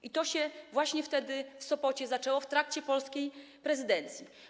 I to się właśnie wtedy w Sopocie zaczęło, w trakcie polskiej prezydencji.